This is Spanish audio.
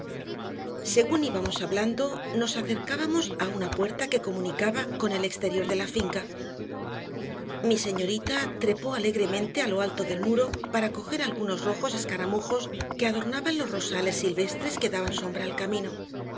salud según íbamos hablando nos acercábamos a una puerta que comunicaba con el exterior de la finca mi señorita trepó alegremente a lo alto del muro para coger algunos rojos escaramujos que adornaban los rosales silvestres que daban sombra al camino